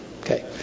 okay